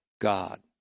God